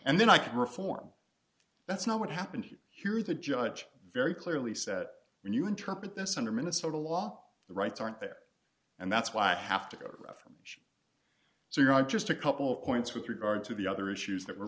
and then i can reform that's not what happened here the judge very clearly said when you interpret this under minnesota law the rights aren't there and that's why i have to go after him so you know i'm just a couple of points with regard to the other issues that were